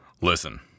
Listen